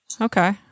Okay